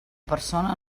persona